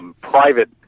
private